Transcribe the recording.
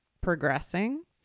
progressing